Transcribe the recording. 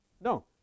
No